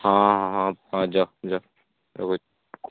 ହଁ ହଁ ଯାଅ ଯାଅ ରଖୁଛି